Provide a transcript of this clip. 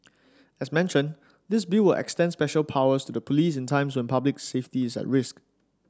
as mentioned this Bill would extend special powers to the police in times when public safety is at risk